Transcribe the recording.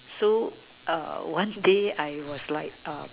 so a one day I was like a